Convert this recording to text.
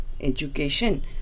Education